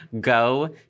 go